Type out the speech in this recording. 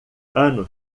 ano